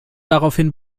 daraufhin